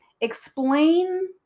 Explain